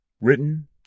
Written